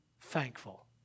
thankful